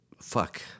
fuck